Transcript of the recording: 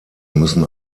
müssen